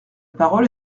parole